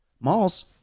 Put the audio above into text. malls